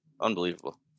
Unbelievable